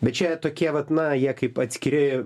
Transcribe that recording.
bet čia tokie vat na jie kaip atskiri